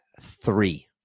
three